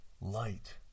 Light